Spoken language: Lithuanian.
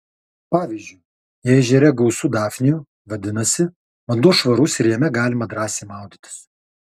pavyzdžiui jei ežere gausu dafnijų vadinasi vanduo švarus ir jame galima drąsiai maudytis